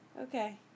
Okay